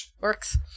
works